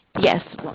Yes